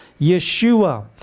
Yeshua